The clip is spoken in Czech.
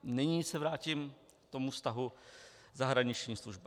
Nyní se vrátím k tomu vztahu zahraniční služba.